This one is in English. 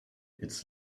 its